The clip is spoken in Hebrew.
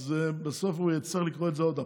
אז בסוף הוא יצטרך לקרוא את זה עוד פעם,